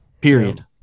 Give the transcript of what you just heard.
Period